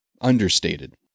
understated